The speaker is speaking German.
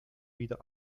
wieder